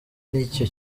n’icyo